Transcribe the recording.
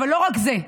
אבל לא רק זה,